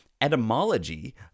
etymology